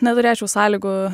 neturėčiau sąlygų